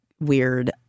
weird